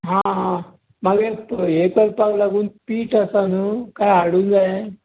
हां हां मागीर हे करपाक लागून पीट आसा नू काय हाडूंक जायें